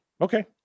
Okay